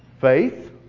faith